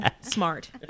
smart